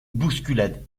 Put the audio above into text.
bousculade